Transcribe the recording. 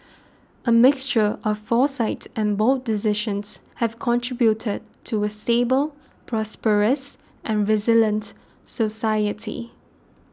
a mixture of foresight and bold decisions have contributed to a stable prosperous and resilient society